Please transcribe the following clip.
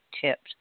tips